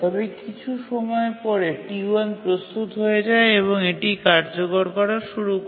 তবে কিছু সময়ের পরে T1 প্রস্তুত হয়ে যায় এবং এটি কার্যকর করা শুরু করে